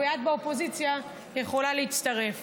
ושאת באופוזיציה יכולה להצטרף.